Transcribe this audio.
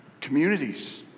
communities